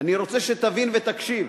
אני רוצה שתבין ותקשיב: